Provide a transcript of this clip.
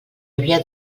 havia